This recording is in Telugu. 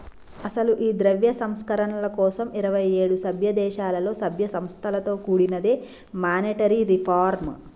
అసలు ఈ ద్రవ్య సంస్కరణల కోసం ఇరువైఏడు సభ్య దేశాలలో సభ్య సంస్థలతో కూడినదే మానిటరీ రిఫార్మ్